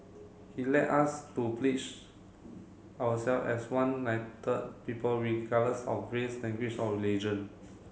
he led us to our self as one people regardless of race language or religion